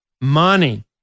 money